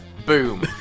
Boom